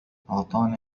أعطاني